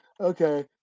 okay